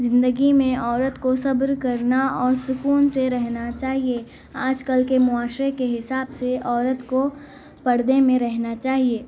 زندگی میں عورت کو صبر کرنا اور سکون سے رہنا چاہیے آج کل کے معاشرے کے حساب سے عورت کو پردے میں رہنا چاہیے